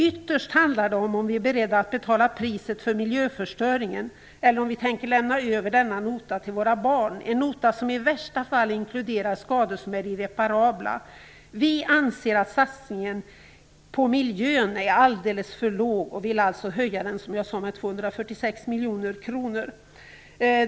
Ytterst handlar det om ifall vi är beredda att betala priset för miljöförstöringen eller om vi tänker lämna över denna nota till våra barn, en nota som i värsta fall inkluderar skador som är irreparabla. Vi anser att satsningen på miljön är alldeles för låg, och som jag sade vill vi öka den med 246 miljoner kronor.